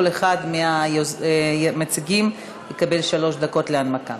כל אחד מהמציגים יקבל שלוש דקות להנמקה.